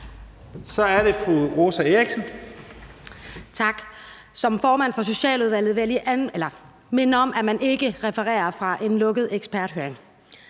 Kl. 14:38 Rosa Eriksen (M): Tak. Som formand for Socialudvalget vil jeg lige minde om, at man ikke refererer fra en lukket eksperthøring.